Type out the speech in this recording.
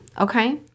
okay